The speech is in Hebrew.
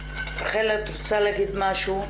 רחל, את רוצה להגיד משהו?